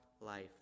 life